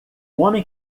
homem